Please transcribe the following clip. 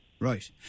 Right